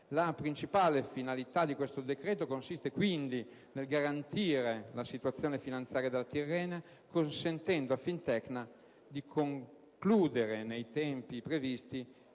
La principale finalità del decreto-legge consiste, pertanto, nel garantire la situazione finanziaria della Tirrenia, consentendo a Fintecna di concludere nei tempi previsti